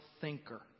thinker